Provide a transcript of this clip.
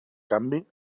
canvi